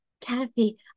Kathy